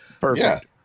Perfect